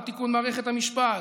ותיקון מערכת המשפט,